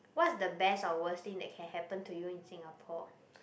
what is the best or worst thing that can happen to you in Singapore